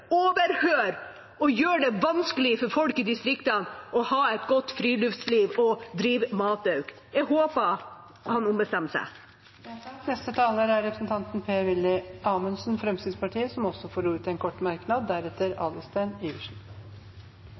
og gjør det vanskelig for folk i distriktene å ha et godt friluftsliv og drive matauk. Jeg håper han ombestemmer seg. Representanten Per-Willy Amundsen har hatt ordet to ganger tidligere og får ordet til en kort merknad,